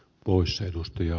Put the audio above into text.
kokousedustajia